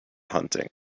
hunting